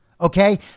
Okay